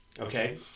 okay